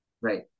right